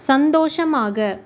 சந்தோஷமாக